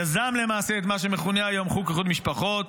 יזם למעשה את מה שמכונה היום חוק כבוד משפחות,